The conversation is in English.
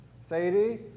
Sadie